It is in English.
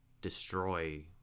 destroy